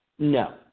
No